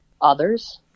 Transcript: others